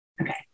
Okay